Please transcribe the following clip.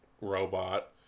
Robot